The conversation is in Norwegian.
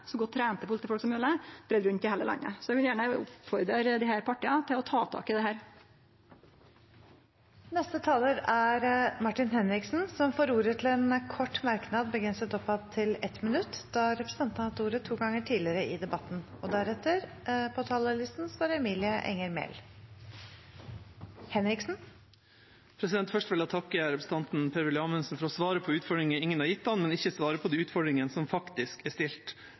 rundt i heile landet. Så eg vil gjerne oppmode desse partia til å ta tak i dette. Martin Henriksen har hatt ordet to ganger tidligere og får ordet til en kort merknad, begrenset til 1 minutt. Først vil jeg takke representanten Per-Willy Amundsen for å svare på utfordringer ingen har gitt ham, men ikke svare på de utfordringene som faktisk er